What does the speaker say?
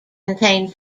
contains